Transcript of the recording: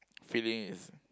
feeling is